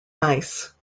nice